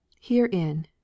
Herein